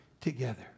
together